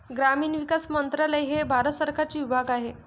ग्रामीण विकास मंत्रालय हे भारत सरकारचे विभाग आहे